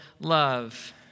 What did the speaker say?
love